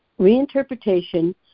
Reinterpretation